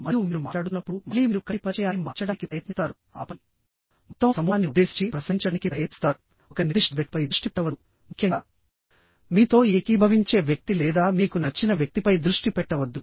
మరియు మీరు మాట్లాడుతున్నప్పుడు మళ్ళీ మీరు కంటి పరిచయాన్ని మార్చడానికి ప్రయత్నిస్తారు ఆపై మొత్తం సమూహాన్ని ఉద్దేశించి ప్రసంగించడానికి ప్రయత్నిస్తారు ఒక నిర్దిష్ట వ్యక్తిపై దృష్టి పెట్టవద్దు ముఖ్యంగా మీతో ఏకీభవించే వ్యక్తి లేదా మీకు నచ్చిన వ్యక్తిపై దృష్టి పెట్టవద్దు